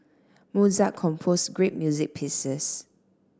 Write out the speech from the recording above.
Mozart composed great music pieces